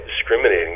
discriminating